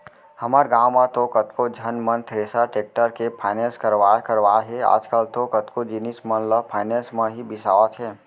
हमर गॉंव म तो कतको झन मन थेरेसर, टेक्टर के फायनेंस करवाय करवाय हे आजकल तो कतको जिनिस मन ल फायनेंस म ही बिसावत हें